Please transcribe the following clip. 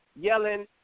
yelling